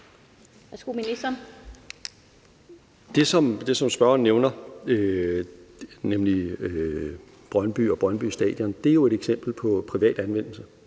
Det, som spørgeren nævner, nemlig Brøndby og Brøndby Stadion, er jo et eksempel på privat anvendelse.